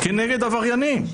כנגד עבריינים.